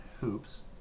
Hoops